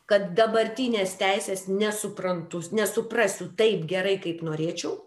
kad dabartinės teisės nesuprantu nesuprasiu taip gerai kaip norėčiau